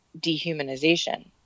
dehumanization